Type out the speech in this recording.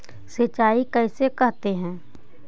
सिंचाई किसे कहते हैं?